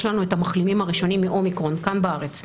לנו את המחלימים הראשונים מאומיקרון כאן בארץ.